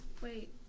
Wait